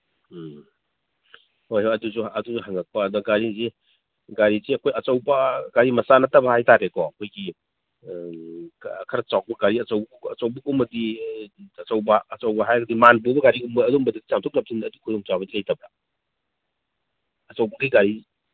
ꯎꯝ ꯍꯣꯏ ꯑꯗꯨꯁꯨ ꯑꯗꯨꯁꯨ ꯍꯪꯉꯛꯄ ꯑꯗ ꯒꯥꯔꯤꯁꯦ ꯒꯥꯔꯤꯁꯦ ꯑꯩꯈꯣꯏ ꯑꯆꯧꯕ ꯒꯥꯔꯤ ꯃꯆꯥ ꯅꯠꯇꯕ ꯍꯥꯏ ꯇꯥꯔꯦꯀꯣ ꯑꯩꯈꯣꯏꯒꯤ ꯈꯔ ꯆꯥꯎꯕ ꯒꯥꯔꯤ ꯑꯆꯧꯕꯒꯨꯝꯕꯗꯤ ꯑꯆꯧꯕ ꯑꯆꯧꯕ ꯍꯥꯏꯔꯒꯗꯤ ꯃꯥꯟ ꯄꯨꯕ ꯒꯥꯔꯤꯒꯨꯝꯕ ꯑꯗꯨꯝꯕꯗꯤ ꯆꯥꯝꯊꯣꯛ ꯆꯥꯝꯖꯤꯟ ꯈꯨꯗꯣꯡꯆꯥꯕꯗꯤ ꯂꯩꯇꯕ꯭ꯔ ꯑꯆꯧꯕꯒꯤ ꯒꯥꯔꯤ